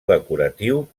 decoratiu